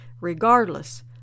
Regardless